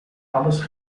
alles